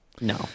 No